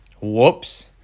whoops